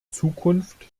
zukunft